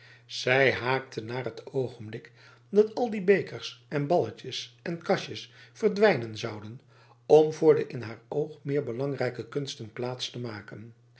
zij haakte naar het oogenblik dat al die bekers en balletjes en kastjes verdwijnen zouden om voor de in haar oog meer belangrijke kunsten plaats te maken